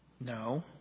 No